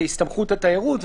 הסתמכות על תיירות,